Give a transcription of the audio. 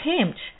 attempt